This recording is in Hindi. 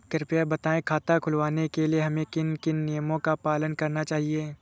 कृपया बताएँ खाता खुलवाने के लिए हमें किन किन नियमों का पालन करना चाहिए?